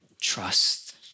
trust